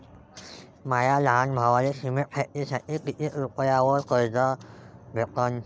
माया लहान भावाले सिमेंट फॅक्टरीसाठी कितीक रुपयावरी कर्ज भेटनं?